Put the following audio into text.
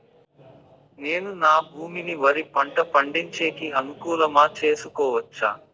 నేను నా భూమిని వరి పంట పండించేకి అనుకూలమా చేసుకోవచ్చా?